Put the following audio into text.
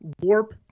warp